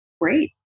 great